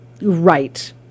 right